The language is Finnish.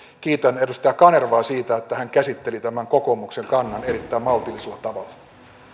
kiitän edustaja kanervaa siitä että hän käsitteli kokoomuksen kannan erittäin maltillisella tavalla